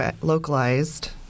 localized